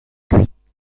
kuit